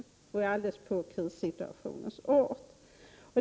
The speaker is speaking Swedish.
Det beror alldeles på krissituationens art.